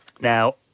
Now